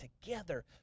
together